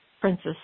Princess